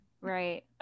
right